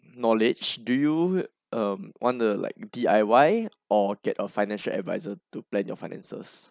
knowledge do you um want to like D_I_Y or get a financial adviser to plan your finances